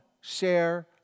share